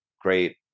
great